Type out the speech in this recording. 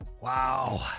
Wow